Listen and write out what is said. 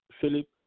Philip